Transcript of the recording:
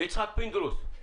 יצחק פינדרוס.